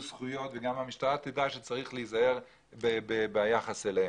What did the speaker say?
זכויות והמשטרה תדע שצריך להיזהר ביחס אליהם.